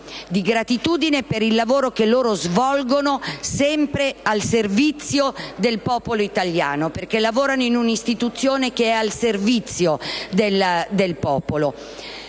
di gratitudine per il lavoro che svolgono sempre al servizio del popolo italiano: lavorano infatti in un'istituzione che è al servizio del popolo.